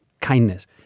kindness